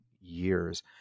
years